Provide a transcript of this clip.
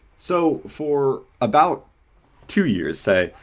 so for about two years, say,